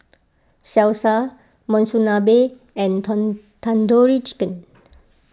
Salsa Monsunabe and Tandoori Chicken